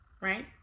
right